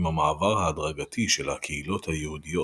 עם המעבר ההדרגתי של הקהילות היהודיות